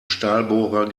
stahlbohrer